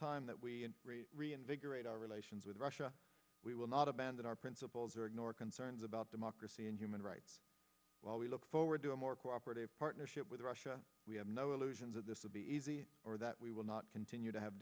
time that we reinvigorate our relations with russia we will not abandon our principles or ignore concerns about democracy and human rights while we look forward to a more cooperative partnership with russia we have no illusions that this will be easy or that we will not continue to have